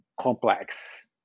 complex